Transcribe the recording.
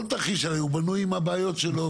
כל תרחיש הרי בני עם הבעיות שלו.